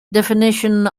definition